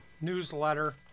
newsletter